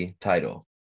title